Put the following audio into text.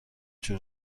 جور